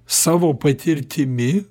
savo patirtimi